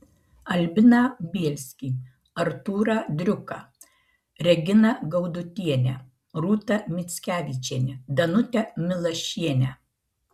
albiną bielskį artūrą driuką reginą gaudutienę rūtą mickevičienę danutę milašienę